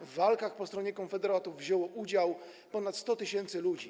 W walkach po stronie konfederatów wzięło udział ponad 100 tys. ludzi.